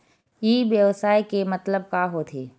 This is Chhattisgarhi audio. ई व्यवसाय के मतलब का होथे?